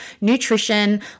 nutrition